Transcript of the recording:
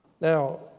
Now